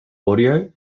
audio